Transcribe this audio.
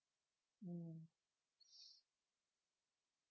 mm